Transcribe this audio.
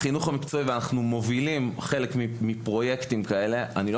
אנחנו מובילים חלק מפרויקטים כאלה ואני לא